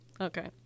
Okay